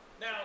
Now